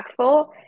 impactful